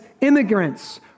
immigrants